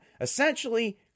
essentially